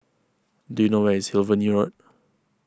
do you know where is Hillview Road